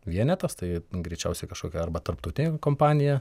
vienetas tai greičiausiai kažkokia arba tarptautinė kompanija